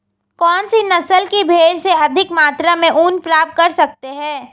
कौनसी नस्ल की भेड़ से अधिक मात्रा में ऊन प्राप्त कर सकते हैं?